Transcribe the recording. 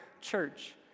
church